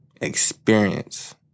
experience